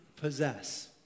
possess